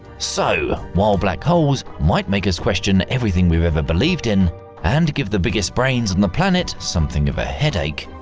so while black holes might make us question everything we've ever believed in and give the biggest brains on and the planet something of a headache,